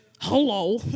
hello